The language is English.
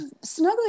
snuggly